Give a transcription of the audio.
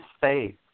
faith